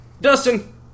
Dustin